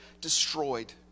destroyed